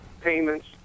payments